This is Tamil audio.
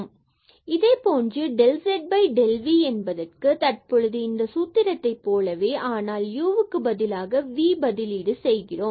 இதே போன்று del z del v என்பதற்கு தற்பொழுது இந்த சூத்திரத்தை போலவே ஆனால் uக்கு பதிலாக v பதிலீடு செய்கிறோம்